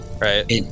right